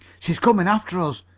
she's comin' after us,